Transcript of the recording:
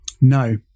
No